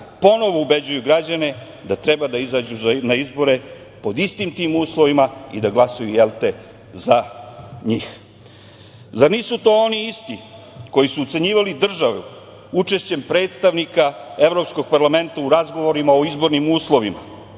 ponovo ubeđuju građane da treba da izađu na izbore pod istim tim uslovima i da glasaju, jel te, za njih. Zar nisu to oni isti koji su ucenjivali državu učešćem predstavnika Evropskog parlamenta u razgovorima o izbornim uslovima.